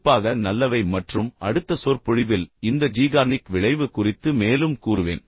குறிப்பாக நல்லவை மற்றும் அடுத்த சொற்பொழிவில் இந்த ஜீகார்னிக் விளைவு குறித்து மேலும் கூறுவேன்